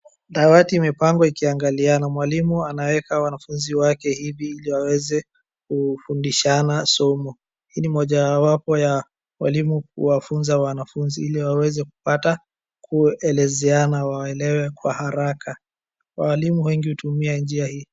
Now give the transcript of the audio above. Dawati imepangwa ikiangaliana. Mwalimu anaweka wanafuzi wake hivi ili waweze kufundishana somo. Hii ni moja wapo ya walimu kuwafunza wanafuzi ili waweze kupata kuelezeana waelewe kwa haraka. Walimu wengi hutumia njia hii.